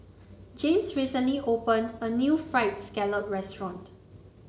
James recently opened a new Fried Scallop Restaurant